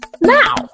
now